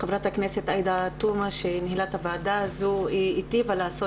חברת הכנסת עאידה תומא שניהלה את הוועדה הזו היטיבה לעשות